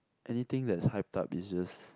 anything that's hyped up is just